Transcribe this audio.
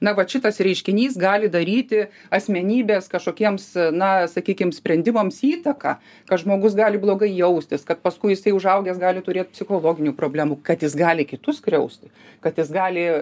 na va šitas reiškinys gali daryti asmenybės kažkokiems na sakykim sprendimams įtaką kad žmogus gali blogai jaustis kad paskui jisai užaugęs gali turėt psichologinių problemų kad jis gali kitus skriausti kad jis gali